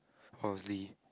honestly